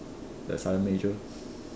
the sergeant major